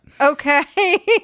Okay